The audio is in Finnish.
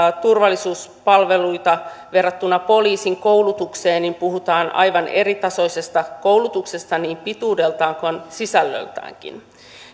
turvallisuuspalveluita verrattuna poliisin koulutukseen niin puhutaan aivan eritasoisesta koulutuksesta niin pituudeltaan kuin sisällöltäänkin